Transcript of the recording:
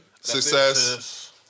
success